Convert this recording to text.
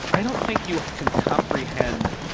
i don't think you can comprehend.